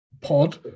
pod